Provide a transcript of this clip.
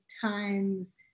times